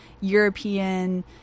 European